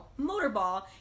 motorball